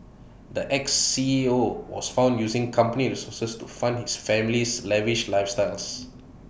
the Ex C E O was found using company resources to fund his family's lavish lifestyles